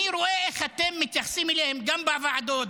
אני רואה איך אתם מתייחסים אליהן גם בוועדות,